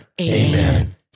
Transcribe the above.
Amen